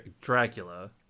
Dracula